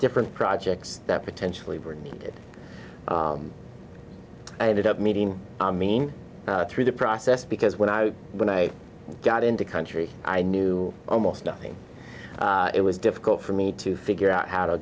different projects that potentially very good i ended up meeting i mean through the process because when i when i got into country i knew almost nothing it was difficult for me to figure out how to